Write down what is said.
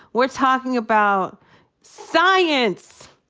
we're talking about science.